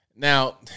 Now